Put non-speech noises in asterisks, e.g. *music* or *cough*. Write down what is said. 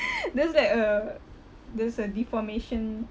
*laughs* there's like a there's a deformation